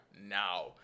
now